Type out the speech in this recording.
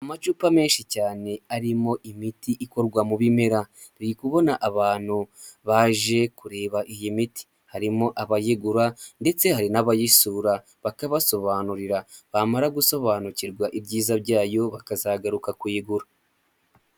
Amacupa menshi cyane arimo imiti ikorwa mu bimera biri kubona abantu baje kureba iyi miti harimo abayigura ndetse hari n'abayisura bakabasobanurira bamara gusobanukirwa ibyiza byayo bakazagaruka kuyigura.